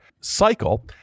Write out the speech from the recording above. cycle